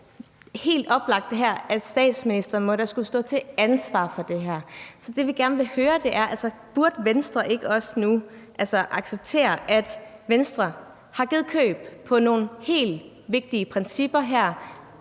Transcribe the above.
helt oplagt, at statsministeren må skulle stå til ansvar for det her. Så det, vi gerne vil høre, er, om Venstre ikke også nu burde acceptere, at Venstre har givet køb på nogle helt vigtige principper for